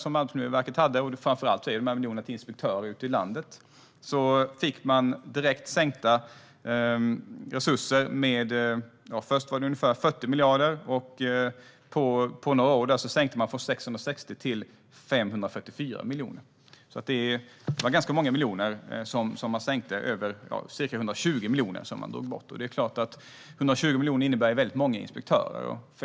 Framför allt handlade det om 300 miljoner till inspektörer ute i landet. Från detta fick verket direkt sänkta resurser med först 40 miljoner och under några år från 660 till 544 miljoner. Det var alltså ganska många miljoner, ca 120 miljoner, som man drog bort. 120 miljoner innebär många inspektörer.